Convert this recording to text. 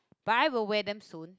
but I will wear them soon